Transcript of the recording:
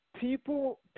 People